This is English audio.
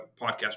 podcast